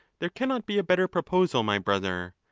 there cannot be a better proposal, my brother.